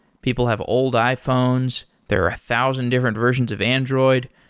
people have old iphones, there are a thousand different versions of android.